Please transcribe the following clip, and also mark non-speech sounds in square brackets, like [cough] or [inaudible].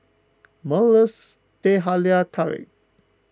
Merl [unintelligible] Teh Halia Tarik